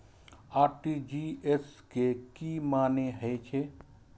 RTGS के की मानें हे छे?